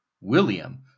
William